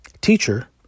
teacher